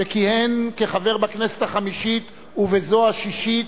שכיהן כחבר בכנסת החמישית ובזו השישית,